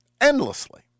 endlessly